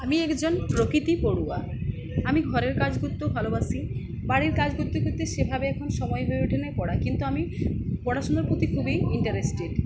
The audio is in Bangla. আমি একজন প্রকৃতি পড়ুয়া আমি ঘরের কাজ করতেও ভালোবাসি বাড়ির কাজ করতে করতে সেভাবে এখন সময় ওঠেনি পড়া কিন্তু আমি পড়াশুনোর পো প্রতি খুবই ইন্টারেস্টেড